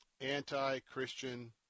anti-Christian